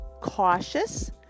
cautious